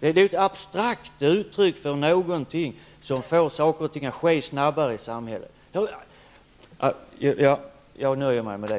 Det är ett abstrakt uttryck för någonting som får saker och ting att ske snabbare i samhället. Jag nöjer mig med det.